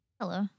Hello